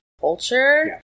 culture